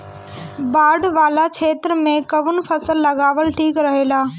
बाढ़ वाला क्षेत्र में कउन फसल लगावल ठिक रहेला?